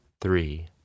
three